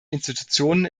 institutionen